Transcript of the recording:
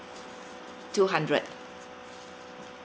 two hundred